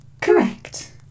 Correct